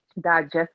digest